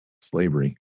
slavery